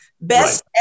best